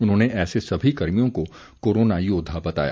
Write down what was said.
उन्होंने ऐसे सभी कर्मियों को कोरोना योद्धा बताया